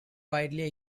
widely